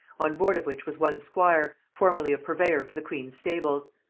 on board of which was one squire, formerly a purveyor for the queen's stables.